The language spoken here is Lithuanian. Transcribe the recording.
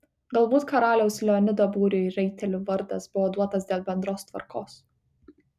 galbūt karaliaus leonido būriui raitelių vardas buvo duotas dėl bendros tvarkos